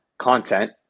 Content